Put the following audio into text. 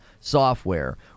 software